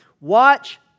watch